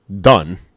done